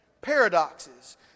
paradoxes